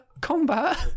combat